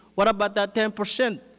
what about that ten percent,